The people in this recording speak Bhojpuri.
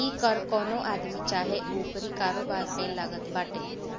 इ कर कवनो आदमी चाहे ओकरी कारोबार पे लागत बाटे